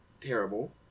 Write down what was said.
terrible